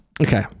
Okay